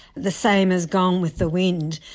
the same as gone with the wind,